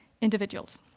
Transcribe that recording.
individuals